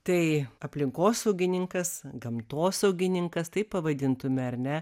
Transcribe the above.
tai aplinkosaugininkas gamtosaugininkas taip pavadintume ar ne